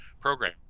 program